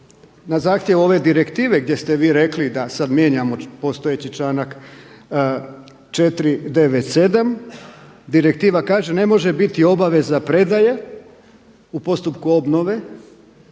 Na zahtjev ove direktive gdje ste vi rekli da sad mijenjamo postojeći članak 497. direktiva kaže ne može biti obaveza predaje u postupku obnove